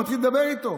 מתחיל לדבר אתו